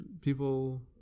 people